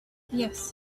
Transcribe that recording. yes